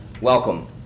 Welcome